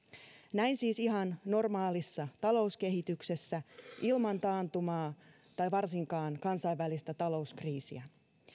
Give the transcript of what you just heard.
näin siis ihan normaalissa talouskehityksessä ilman taantumaa tai varsinkaan kansainvälistä talouskriisiä